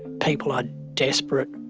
people are desperate.